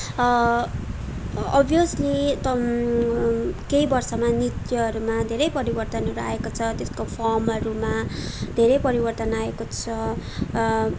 obviously केही वर्षमा नृत्यहरूमा धेरै परिवर्तनहरू आएको छ त्यसको फर्महरूमा धेरै परिवर्तन आएको छ